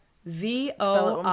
V-O-I